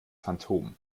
phantom